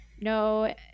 No